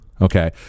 Okay